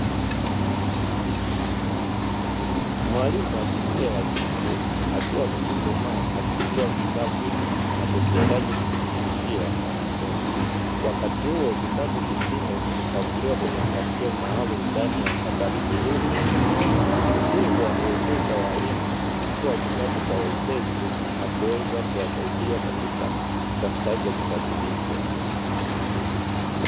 Mwalimu wa jinsia ya kike akiwa amechuchumaa akichukua kitabu anachokihitaji kufundishia wanafunzi, wakati huo vitabu vingine vimepangiliwa kwenye mpangilio maalumu ndani ya kabati zuri ili kuwawezesha walimu kuchukua vitabu kwa wepesi na kuweza kuwasaidia katika utafutaji wa vitabu hivyo.